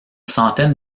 centaine